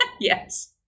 Yes